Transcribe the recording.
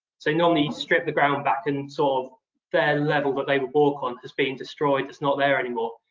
so normally you'd strip the ground back, and sort of fair level that they would walk on has been destroyed. it's not there anymore.